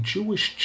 Jewish